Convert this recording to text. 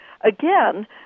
Again